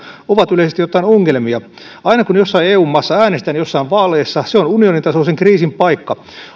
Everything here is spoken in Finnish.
ovat yleisesti ottaen ongelmia aina kun jossain eu maassa äänestetään joissain vaaleissa se on unionin tasoisen kriisin paikka